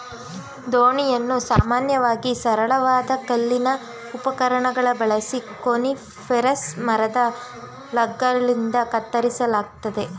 ದೋಣಿಯನ್ನು ಸಾಮಾನ್ಯವಾಗಿ ಸರಳವಾದ ಕಲ್ಲಿನ ಉಪಕರಣ ಬಳಸಿ ಕೋನಿಫೆರಸ್ ಮರದ ಲಾಗ್ಗಳಿಂದ ಕತ್ತರಿಸಲಾಗ್ತದೆ